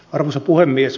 arvoisa puhemies